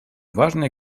важной